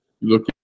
look